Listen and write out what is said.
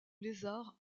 lézard